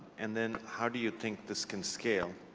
and then, how do you think this can scale?